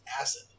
acid